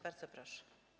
Bardzo proszę.